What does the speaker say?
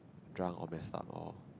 drunk or messed up or